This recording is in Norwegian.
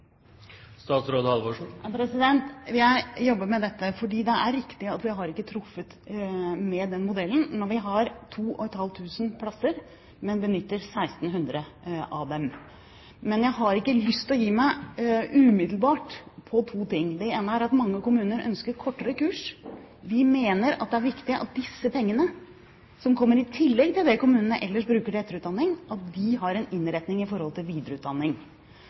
Jeg jobber med dette, fordi det er riktig at vi ikke har truffet med den modellen når vi har 2 500 plasser, men benytter 1 600 av dem. Men det er to ting jeg ikke umiddelbart har lyst til å gi meg på. Det ene er at mange kommuner ønsker kortere kurs. Vi mener det er viktig at disse pengene, som kommer i tillegg til det kommunene ellers bruker til etterutdanning, har en innretning mot videreutdanning. Da er det viktig at vi legger til